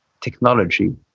technology